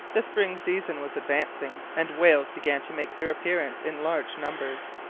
the spring season was advancing, and whales began to make their appearance in large numbers.